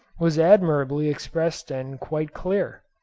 was admirably expressed and quite clear.